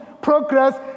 progress